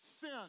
sin